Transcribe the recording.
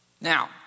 Now